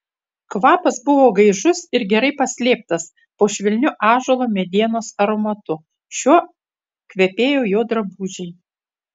kvapas buvo gaižus ir gerai paslėptas po švelniu ąžuolo medienos aromatu šiuo kvepėjo jo drabužiai